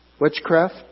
witchcraft